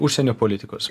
užsienio politikos